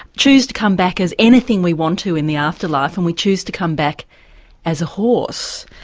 choose to come back as anything we want to in the afterlife and we choose to come back as a horse.